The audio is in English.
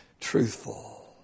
truthful